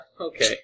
okay